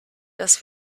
dass